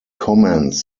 comments